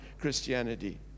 Christianity